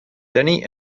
danny